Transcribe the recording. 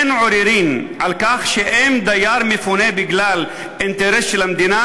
אין עוררין על כך שאם דייר מפונה בגלל אינטרס של המדינה